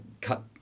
cut